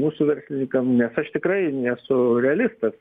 mūsų verslininkam nes aš tikrai esu realistas